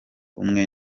umwe